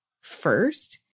first